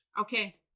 Okay